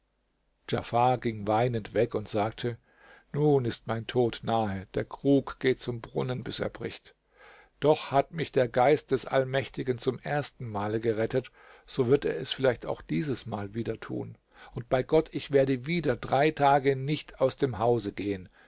ging weinend weg und sagte nun ist mein tod nahe der krug geht zum brunnen bis er bricht doch hat mich der geist des allmächtigen zum ersten male gerettet so wird er es vielleicht auch dieses mal wieder tun und bei gott ich werde wieder drei tage nicht aus dem hause gehen